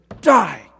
die